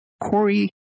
Corey